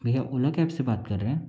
भैया ओला कैब से बात कर रहें